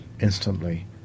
instantly